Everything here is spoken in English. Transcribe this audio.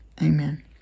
Amen